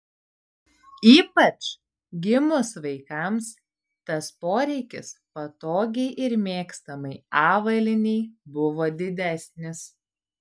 ypač gimus vaikams tas poreikis patogiai ir mėgstamai avalynei buvo didesnis